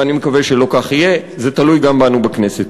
ואני מקווה שלא כך יהיה, זה תלוי גם בנו בכנסת.